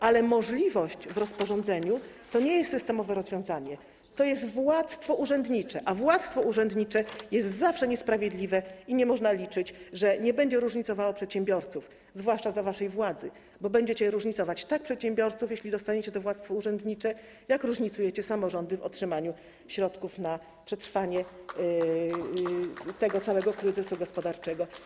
Ale możliwość w rozporządzeniu to nie jest systemowe rozwiązanie, to jest władztwo urzędnicze, a władztwo urzędnicze jest zawsze niesprawiedliwe i nie można liczyć na to, że nie będzie różnicowało przedsiębiorców, zwłaszcza za waszej władzy, bo będziecie różnicować przedsiębiorców, jeśli dostaniecie to władztwo urzędnicze, tak jak różnicujecie samorządy, jeśli chodzi o otrzymywanie środków na przetrwanie tego całego kryzysu gospodarczego.